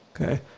Okay